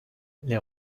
les